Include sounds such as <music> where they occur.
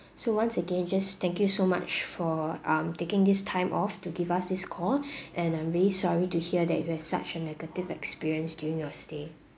so once again just thank you so much for um taking this time off to give us this call <breath> and I'm really sorry to hear that you have such a negative experience during your stay